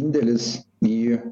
indėlis į